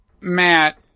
Matt